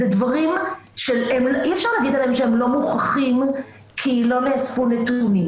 זה דברים שאי אפשר להגיד עליהם שהם לא מוכחים כי לא נאספו נתונים.